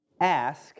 ask